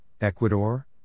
Ecuador